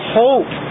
hope